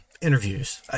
interviews